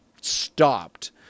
stopped